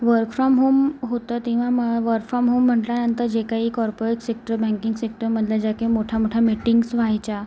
work from home होतं तेव्हा मग वर्क फ्रॉम होम म्हटल्यानंतर जे काही कॉर्पोरेट सेक्टर बँकिंग सेक्टरमधल्या ज्या काही मोठ्या मोठ्या मिटींग्ज व्हायच्या